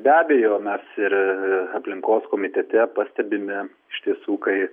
be abejo mes ir aplinkos komitete pastebime iš tiesų kai